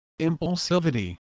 impulsivity